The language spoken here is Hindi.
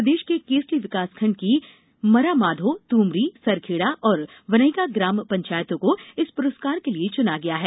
प्रदेश के केसली विकासखंड की मरामाधौ तूमरी सरखेड़ा और बिनैका ग्राम पंचायतों को इस पुरस्कार के लिए चुना गया है